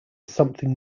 something